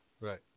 Right